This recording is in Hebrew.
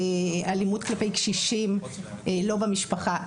אלימות כלפי קשישים לא במשפחה,